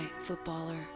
footballer